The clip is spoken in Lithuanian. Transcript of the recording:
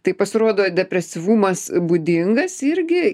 tai pasirodo depresyvumas būdingas irgi